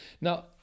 Now